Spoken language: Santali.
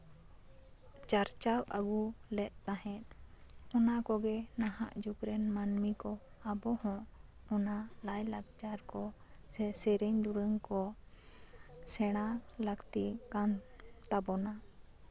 ᱪᱟᱨᱪᱟᱣ ᱟᱹᱜᱩ ᱞᱮᱜ ᱛᱟᱦᱮᱸᱜ ᱚᱱᱟ ᱠᱚᱜᱮ ᱱᱟᱯᱟᱜ ᱡᱩᱜᱽ ᱨᱮᱱ ᱢᱟᱹᱱᱢᱤ ᱠᱚ ᱟᱵᱚᱦᱚᱸ ᱚᱱᱟ ᱞᱟᱭ ᱞᱟᱠᱪᱟᱨ ᱠᱚ ᱥᱮ ᱥᱮᱨᱮᱧ ᱫᱩᱨᱟᱹᱝ ᱠᱚ ᱥᱮᱬᱟ ᱞᱟᱹᱠᱛᱤ ᱠᱟᱱ ᱛᱟᱵᱳᱱᱟ